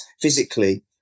physically